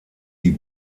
die